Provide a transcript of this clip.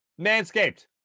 Manscaped